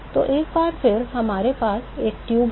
तो एक बार फिर हमारे पास एक ट्यूब है